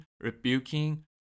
rebuking